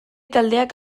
taldeak